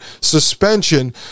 suspension